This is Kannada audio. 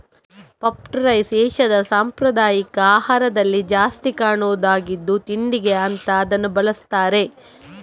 ಪಫ್ಡ್ ರೈಸ್ ಏಷ್ಯಾದ ಸಾಂಪ್ರದಾಯಿಕ ಆಹಾರದಲ್ಲಿ ಜಾಸ್ತಿ ಕಾಣುದಾಗಿದ್ದು ತಿಂಡಿಗೆ ಅಂತ ಇದನ್ನ ಬಳಸ್ತಾರೆ